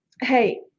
Hey